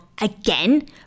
again